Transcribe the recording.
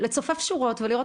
אז בסופו של דבר